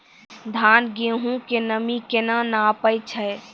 धान, गेहूँ के नमी केना नापै छै?